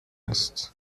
ist